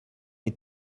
est